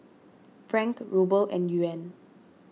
Franc Ruble and Yuan